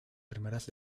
primeras